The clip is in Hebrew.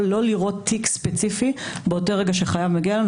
לא לראות תיק ספציפי באותו רגע שחייב מגיע אלינו,